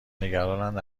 نگرانند